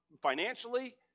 financially